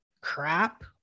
crap